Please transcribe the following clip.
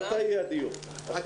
כולנו נרצה לדבר.